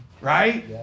Right